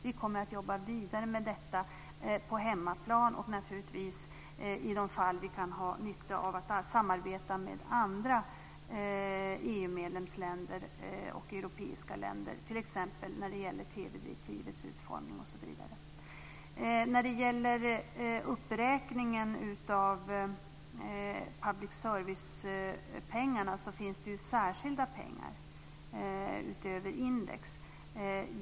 Vi kommer att jobba vidare med detta på hemmaplan och naturligtvis i de fall vi kan ha nytta av det även jobba med andra EU-medlemsländer och europeiska länder, t.ex. när det gäller TV-direktivets utformning. När det gäller uppräkningen av public servicepengarna finns det ju särskilda pengar utöver index.